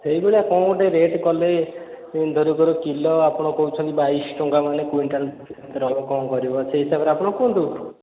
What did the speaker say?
ସେହି ଭଳିଆ କ'ଣ ଗୋଟେ ରେଟ୍ କଲେ ଧର ଧର କିଲୋ ଆପଣ କହୁଛନ୍ତି ବାଇଶ ଟଙ୍କା ମାନେ କ୍ୱିଣ୍ଚାଲ୍ କ'ଣ କରିବ ସେହି ହିସାବରେ ଆପଣ କୁହନ୍ତୁ